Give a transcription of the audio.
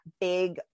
big